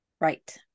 Right